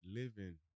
living